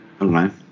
Okay